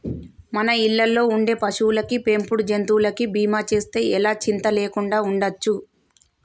మన ఇళ్ళల్లో ఉండే పశువులకి, పెంపుడు జంతువులకి బీమా చేస్తే ఎలా చింతా లేకుండా ఉండచ్చు